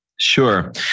Sure